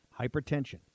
Hypertension